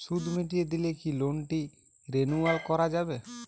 সুদ মিটিয়ে দিলে কি লোনটি রেনুয়াল করাযাবে?